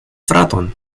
fraton